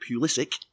Pulisic